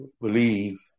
believe